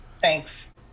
Thanks